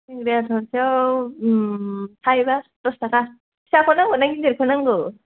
सिंग्राया थरसेयाव थायबा दसताका फिसाखौ नांगौना गिदिरखौ नांगौ